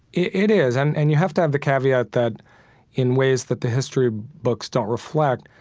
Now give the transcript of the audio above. it is and and you have to have the caveat that in ways that the history books don't reflect,